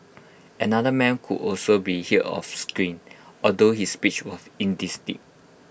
another man could also be hear off screen although his speech was indistinct